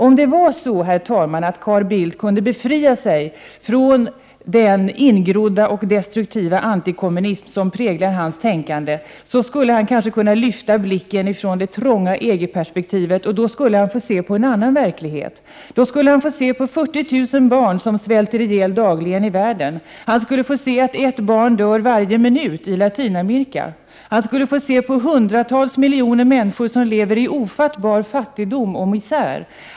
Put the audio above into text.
Om det vore så, herr talman, att Carl Bildt kunde befria sig från den ingrodda och destruktiva antikommunism som präglar hans tänkande, skulle han kanske kunna lyfta blicken ifrån det trånga EG-perspektivet. Då skulle han få se på en annan verklighet. Då skulle han se 40 000 barn som dagligen svälter ihjäl i världen, att ett barn dör varje minut i Latinamerika och att hundratals miljoner människor lever i ofattbar fattigdom och misär.